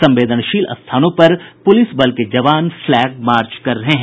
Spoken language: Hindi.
संवेदनशील स्थानों पर पुलिस बल के जवान फ्लैग मार्च कर रहे हैं